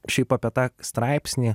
šiaip apie tą straipsnį